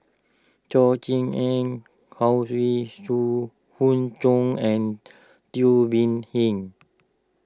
Chor Eng Howe Zoo Hoon Chong and Teo Bee Yen